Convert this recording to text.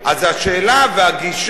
השאלה והגישה,